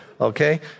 Okay